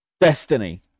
Destiny